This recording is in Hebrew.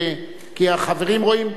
כי החברים רואים,